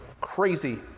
crazy